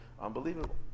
unbelievable